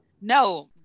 No